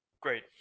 Great